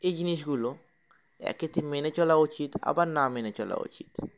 এই জিনিসগুলো একেতে মেনে চলা উচিত আবার না মেনে চলা উচিত